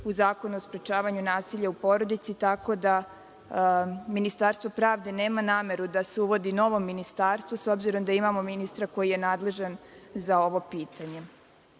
u Zakonu o sprečavanju nasilja u porodici, tako da Ministarstvo pravde nema nameru da se uvodi novo ministarstvo, s obzirom da imamo ministra koji je nadležan za ovo pitanje. Druga